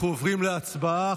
אנחנו עוברים להצבעה.